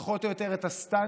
פחות או יותר את הסטאניות,